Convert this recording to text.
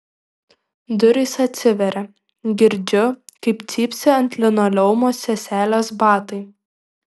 durys atsiveria girdžiu kaip cypsi ant linoleumo seselės batai